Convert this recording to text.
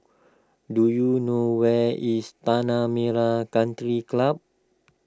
do you know where is Tanah Merah Country Club